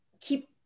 keep